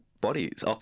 bodies